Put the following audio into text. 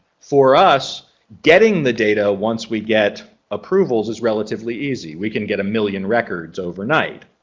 for us getting the data once we get approvals is relatively easy. we can get a million records overnight.